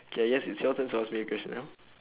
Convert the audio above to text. I guess it's your turn to ask me a question now